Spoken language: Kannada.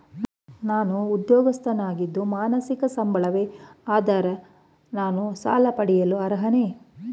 ನಾನು ಉದ್ಯೋಗಸ್ಥನಾಗಿದ್ದು ಮಾಸಿಕ ಸಂಬಳವೇ ಆಧಾರ ನಾನು ಸಾಲ ಪಡೆಯಲು ಅರ್ಹನೇ?